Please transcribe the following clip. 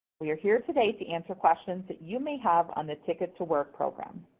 we are here today to answer questions that you may have on the ticket to work program.